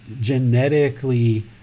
genetically